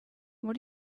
what